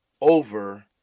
over